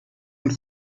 und